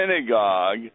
synagogue